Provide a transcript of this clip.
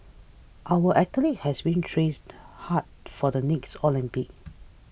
our athletes has been trains hard for the next Olympics